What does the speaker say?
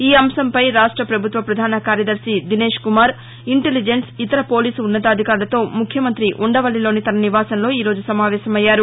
ఈ అంశంపై రాష్టపభుత్వ పధాన కార్యదర్శి దినేష్కుమార్ ఇంటిలిజెన్స్ ఇతర పోలీసు ఉన్నతాధికారులతో ముఖ్యమంత్రి ఉండవల్లిలోని తన నివాసంలో ఈ రోజు సమావేశమయ్యారు